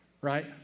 right